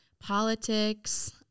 politics